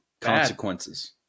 consequences